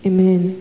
Amen